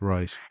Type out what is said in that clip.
Right